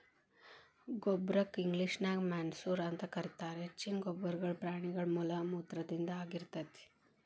ಗೊಬ್ಬರಕ್ಕ ಇಂಗ್ಲೇಷನ್ಯಾಗ ಮೆನ್ಯೂರ್ ಅಂತ ಕರೇತಾರ, ಹೆಚ್ಚಿನ ಗೊಬ್ಬರಗಳು ಪ್ರಾಣಿಗಳ ಮಲಮೂತ್ರದಿಂದ ಆಗಿರ್ತೇತಿ